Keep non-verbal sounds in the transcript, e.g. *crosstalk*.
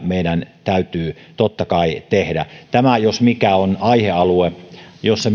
meidän täytyy totta kai tehdä tämä jos mikä on aihealue jossa *unintelligible*